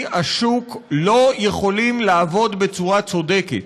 השוק לא יכולים לעבוד בצורה צודקת.